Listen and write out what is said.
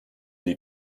die